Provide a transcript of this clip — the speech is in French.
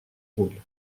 rôle